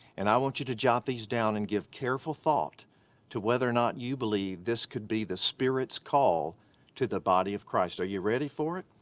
and i want you to jot these down and give careful thought to whether or not you believe this could be the spirit's call to the body of christ, are you ready for it?